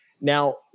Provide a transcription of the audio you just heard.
Now